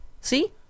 See